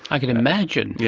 i can can imagine. yeah